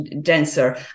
denser